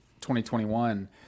2021